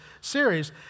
series